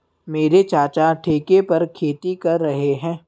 मेरे चाचा ठेके पर खेती कर रहे हैं